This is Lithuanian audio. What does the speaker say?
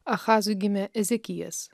achazui gimė ezikijas